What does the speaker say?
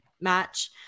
match